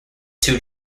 two